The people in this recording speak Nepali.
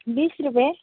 बिस रुप्पे